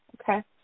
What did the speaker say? Okay